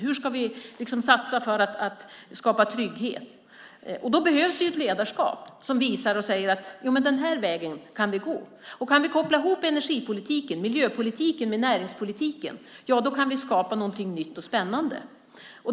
Hur ska vi satsa för att skapa trygghet? Då behövs ett ledarskap som visar vilken väg vi kan gå. Om vi kan koppla ihop energipolitiken och miljöpolitiken med näringspolitiken kan vi skapa något nytt och spännande.